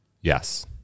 Yes